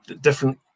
different